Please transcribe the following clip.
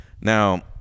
Now